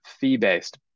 fee-based